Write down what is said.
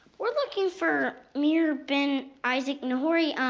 we're looking for meir ben isaac nehorai.